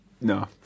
no